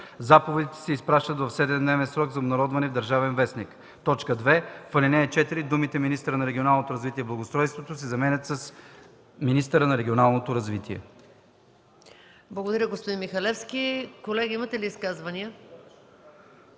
Заповедите се изпращат в 7-дневен срок за обнародване в „Държавен вестник”. 2. В ал. 4 думите „министъра на регионалното развитие и благоустройството” се заменят с „министъра на регионалното развитие”.”